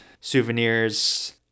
souvenirs